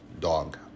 dog